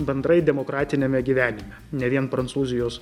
bendrai demokratiniame gyvenime ne vien prancūzijos